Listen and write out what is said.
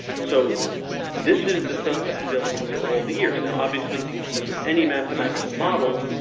so this is the stuff that's available for all the years now. obviously with any mathematical model.